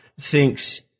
thinks